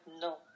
No